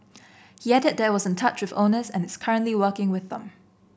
he added that was in touch with owners and is currently working with them